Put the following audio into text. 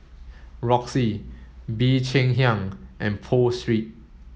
Roxy Bee Cheng Hiang and Pho Street